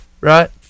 right